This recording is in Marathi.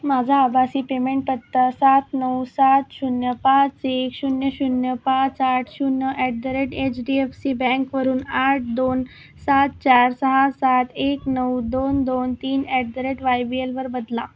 माझा आभासी पेमेंट पत्ता सात नऊ सात शून्य पाच एक शून्य शून्य पाच आठ शून्य at the rate H D F C बँकवरून आठ दोन सात चार सहा सात एक नऊ दोन दोन तीन at the rate Y B एलवर बदला